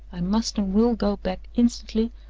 i must and will go back instantly,